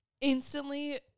instantly